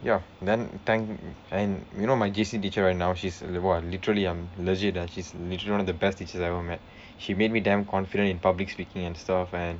ya then thank and you know my J_C teacher right now she's !wah! literally I'm legit ah she's literally one of the best teachers I have ever met she made me damn confident in public speaking and stuff and